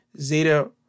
Zeta